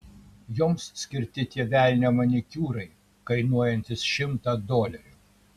joms skirti tie velnio manikiūrai kainuojantys šimtą dolerių